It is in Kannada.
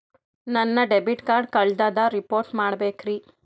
ನನ್ನ ಡೆಬಿಟ್ ಕಾರ್ಡ್ ಕಳ್ದದ ರಿಪೋರ್ಟ್ ಮಾಡಬೇಕ್ರಿ